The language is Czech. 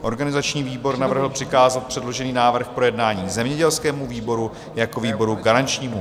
Organizační výbor navrhl přikázat předložený návrh k projednání zemědělskému výboru jako výboru garančnímu.